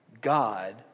God